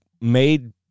made